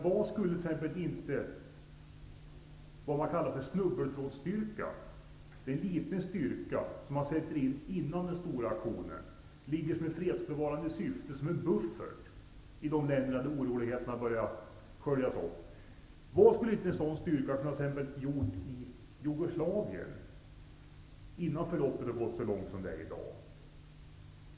Vad skulle t.ex. inte en s.k. snubbeltrådsstyrka -- en liten styrka som man sätter in före den stora aktionen och som ligger som en buffert i de länder där oroligheterna börjar pyra -- ha kunnat göra i Jugoslavien, innan förloppet gått så långt som i dag?